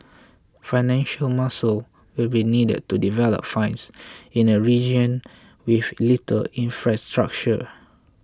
financial muscle will be needed to develop finds in a region with little infrastructure